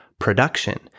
Production